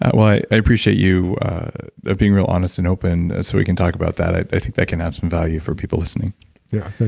i i appreciate you being real honest and open so we can talk about that, i think that can have some value for people listening yeah,